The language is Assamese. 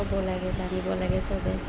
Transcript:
ক'ব লাগে জানিব লাগে চবে